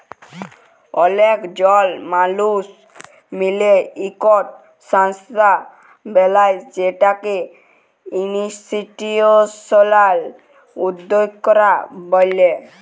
অলেক জল মালুস মিলে ইকট সংস্থা বেলায় সেটকে ইনিসটিটিউসলাল উদ্যকতা ব্যলে